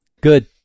good